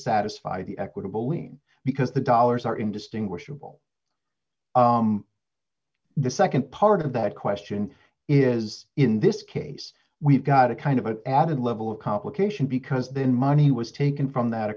satisfy the equitable lien because the dollars are indistinguishable the nd part of that question is in this case we've got a kind of an added level of complication because then money was taken from that